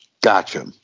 Gotcha